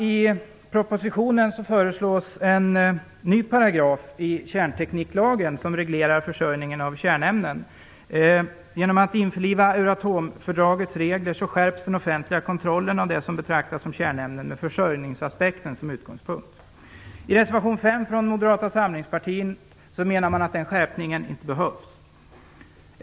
I propositionen föreslås en ny paragraf i kärntekniklagen, som reglerar försörjningen av kärnämnen. Genom att införliva Euroatomfördragets regler skärps den offentliga kontrollen av det som betraktas som kärnämnen, med försörjningsaspekten som utgångspunkt. I reservation 5 från Moderata samlingspartiet menar man att den skärpningen inte behövs.